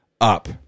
up